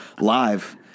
live